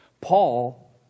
Paul